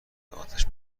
اتش